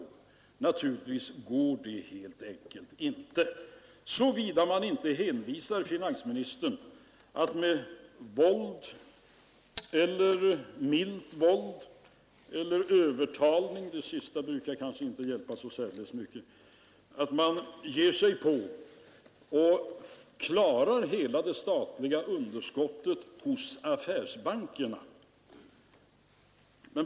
Det går naturligtvis helt enkelt inte — såvida man inte hänvisar finansministern till att med våld, eller milt våld, eller övertalning — det sista brukar kanske inte hjälpa så särdeles mycket — ger sig på att klara hela det statliga underskottet hos affärsbankerna.